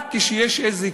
רק כשיש איזה קוריוז,